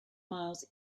miles